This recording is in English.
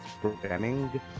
programming